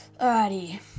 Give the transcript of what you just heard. Alrighty